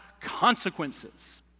consequences